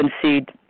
concede